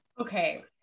Okay